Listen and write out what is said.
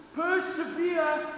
persevere